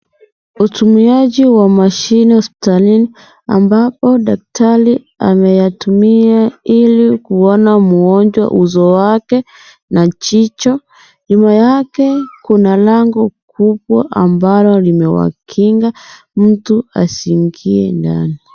Utumiaji wa mashine hospitalini, ambapo daktari ameyatumia ili kuona mgonjwa uso wake na jicho. Nyuma yake, kuna lango kubwa ambalo limewakinga mtu asiingie ndani.